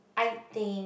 I think